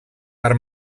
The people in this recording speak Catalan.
per